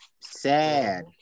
sad